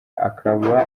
akaba